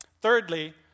Thirdly